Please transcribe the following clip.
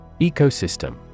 Ecosystem